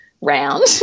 round